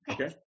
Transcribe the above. okay